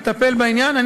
לטפל בעניין.